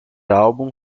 album